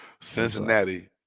Cincinnati